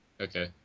Okay